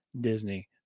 Disney